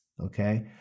okay